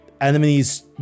enemies